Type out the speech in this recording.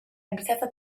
abitata